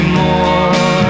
more